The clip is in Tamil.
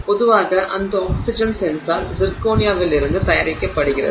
பொதுவாக அந்த ஆக்ஸிஜன் சென்சார் சிர்கோனியாவிலிருந்து தயாரிக்கப்படுகிறது